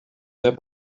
their